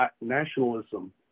nationalism